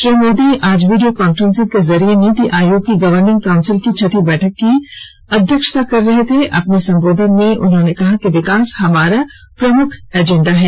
श्री मोदी आज video conferencing के जरिए नीति आयोग की गवर्निंग काउंसिल की छठी बैठक की अध्यक्षता करते हुए अपने संबोधन में कहा कि विकास हमारा प्रमुख एजेंडा है